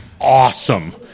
awesome